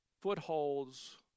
footholds